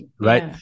right